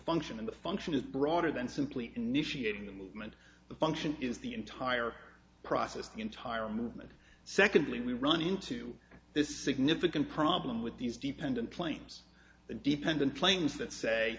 function in the function is broader than simply initiating the movement the function is the entire process the entire movement secondly we run into this significant problem with these dependent planes dependent planes that say